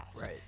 Right